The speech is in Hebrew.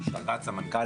דרגת סמנכ"ל,